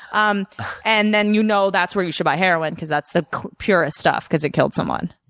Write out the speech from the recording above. um and then you know that's where you should buy heroin because that's the purest stuff because it killed someone.